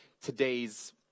today's